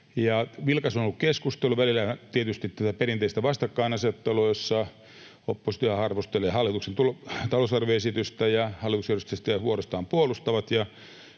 Vilkasta on ollut keskustelu. Välillä tietysti se on ollut tätä perinteistä vastakkainasettelua, jossa oppositio arvostelee hallituksen talousarvioesitystä ja hallituksen edustajat sitä vuorostaan puolustavat